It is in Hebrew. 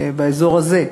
באזור הזה,